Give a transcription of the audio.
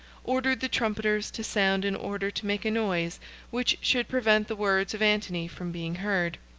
ordered the trumpeters to sound in order to make a noise which should prevent the words of antony from being heard.